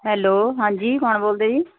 hello ਹਾਂਜੀ ਕੌਣ ਬੋਲਦੇ ਜੀ